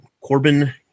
Corbin